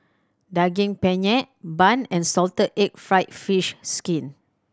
Daging Penyet bun and salted egg fried fish skin